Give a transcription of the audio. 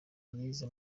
yize